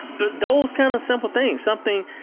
but those kind of simple things, something,